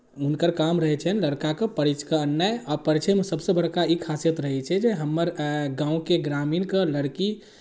हुनकर काम रहै छनि लड़काकेँ परछि कऽ अननाइ आ परिछयमे सभसँ बड़का ई खासियत रहै छै जे हमर गाँवके ग्रामीणके लड़की